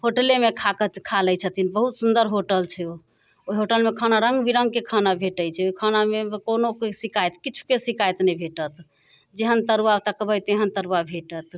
होटलेमे खाकऽ खा लै छथिन बहुत सुन्दर होटल छै ओ ओइ होटलमे खाना रङ्ग बिरङ्गके खाना भेटै छै ओइ खानामे कोनो शिकायत किछुके शिकायत नहि भेटत जेहेन तरुआ तकबै तेहन तरुआ भेटत